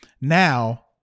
Now